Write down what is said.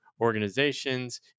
organizations